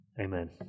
amen